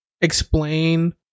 explain